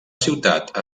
ciutat